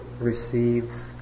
receives